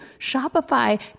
Shopify